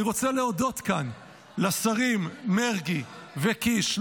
אני רוצה להודות כאן לשרים מרגי וקיש,